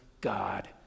God